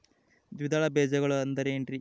ದ್ವಿದಳ ಬೇಜಗಳು ಅಂದರೇನ್ರಿ?